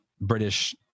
British